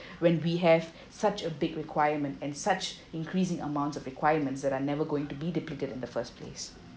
when we have such a big requirement and such increasing amounts of requirements that are never going to be depleted in the first place